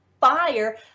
fire